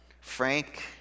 Frank